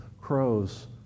crows